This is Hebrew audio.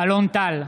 אלון טל,